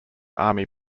army